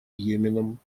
йеменом